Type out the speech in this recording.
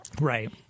Right